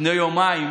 לפני יומיים